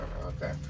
Okay